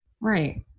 Right